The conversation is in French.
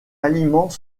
aliments